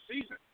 season